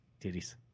titties